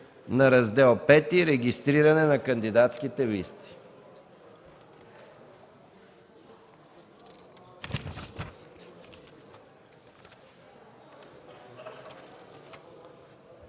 на „Раздел V – Регистриране на кандидатските листи”.